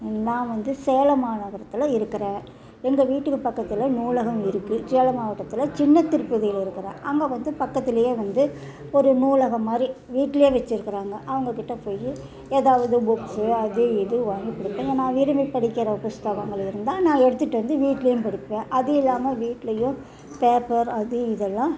நான் வந்து சேலம் மாநகரத்தில் இருக்கிறேன் எங்கள் வீட்டுக்கு பக்கத்தில் நூலகம் இருக்குது சேலம் மாவட்டத்தில் சின்ன திருப்பதியில் இருக்கிறேன் அங்கே வந்து பக்கத்திலேயே வந்து ஒரு நூலகம் மாதிரி வீட்லேயே வச்சிருக்கிறாங்க அவங்கக்கிட்ட போய் ஏதாவது புக்ஸு அது இது வாங்கி படிப்பேன் நான் விரும்பிப் படிக்கிற புத்தகங்கள் இருந்தால் நான் எடுத்துட்டு வந்து வீட்லேயும் படிப்பேன் அது இல்லாமல் வீட்லேயும் பேப்பர் அது இதெல்லாம்